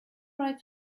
right